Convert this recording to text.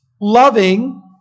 loving